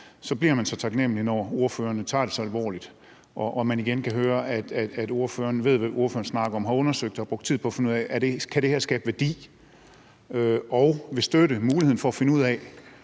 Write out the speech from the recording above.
så bliver man så taknemlig, når ordførerne tager det så alvorligt og man igen kan høre, at ordføreren ved, hvad ordføreren snakker om, har undersøgt det og brugt tid på at finde ud af, om det her kan skabe værdi, og vil støtte muligheden for at finde ud af,